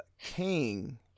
king